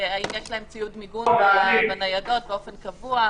והאם יש להם ציוד מיגון בניידות באופן קבוע,